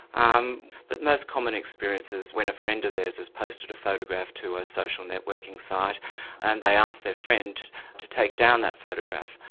um the most common experiences, when a friend of theirs has posted a photograph to a social networking site and they ask their friend to take down that photograph,